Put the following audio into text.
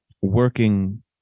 working